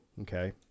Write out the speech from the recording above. Okay